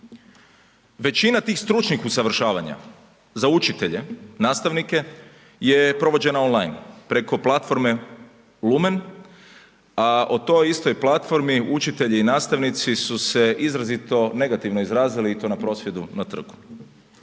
Većina tih stručnih usavršavanja za učitelje, nastavnike je provođena online, preko platforme Lumen, a o toj istoj platformi učitelji i nastavnici su se izrazito negativno izrazili i to na prosvjedu na trgu.